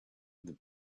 the